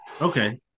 Okay